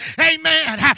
Amen